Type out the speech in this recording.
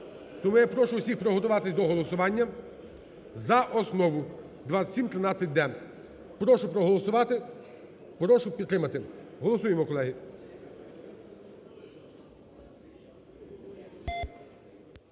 Тому я прошу усіх приготуватись до голосування за основу 2713-д. Прошу проголосувати, прошу підтримати. Голосуємо, колеги.